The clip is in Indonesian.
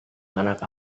anak